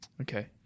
Okay